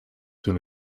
soon